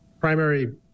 primary